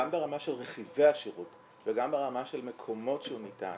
ברמה של רכיבי השירות וגם ברמה של מקומות שהוא ניתן